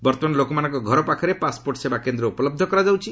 ବର୍ତ୍ତମାନ ଲୋକମାନଙ୍କର ଘର ପାଖରେ ପାଶ୍ପୋର୍ଟ୍ ସେବା କେନ୍ଦ୍ର ଉପଲହ୍ଧ କରାଯାଉଛି